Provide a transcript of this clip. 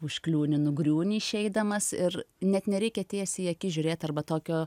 užkliūni nugriūni išeidamas ir net nereikia tiesiai į akis žiūrėti arba tokio